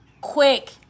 Quick